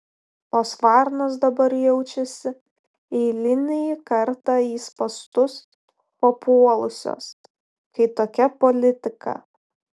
tos varnos dabar jaučiasi eilinį kartą į spąstus papuolusios kai tokia politika